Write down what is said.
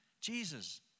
Jesus